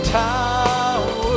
tower